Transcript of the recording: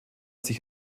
sich